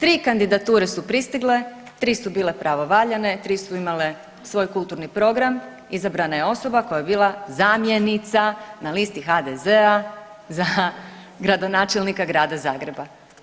Tri kandidature su pristigle, tri su bile pravovaljane, tri su imale svoj kulturni program, izabrana je osoba koja je bila zamjenica na listi HDZ-a za gradonačelnika Grada Zagreba.